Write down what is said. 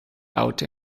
out